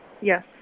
Yes